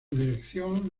dirección